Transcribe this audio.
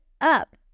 up